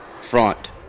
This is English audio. front